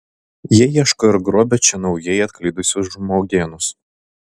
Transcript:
jie ieško ir grobia čia naujai atklydusius žmogėnus